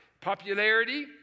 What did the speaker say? Popularity